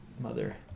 mother